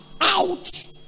out